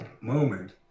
moment